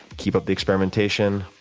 keep up the experimentation,